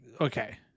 Okay